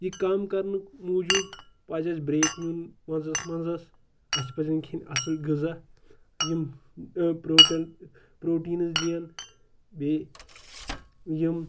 یہِ کَم کَرنُک موٗجوٗب پَزِ اَسہِ برٛیک نیُن منٛزَس منٛزَس اَسہِ پَزن کھیٚنۍ اَصٕل غذا یِم پرٛوٹٮ۪ن پرٛوٹیٖنٕز دِیَن بیٚیہِ یِم